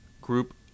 group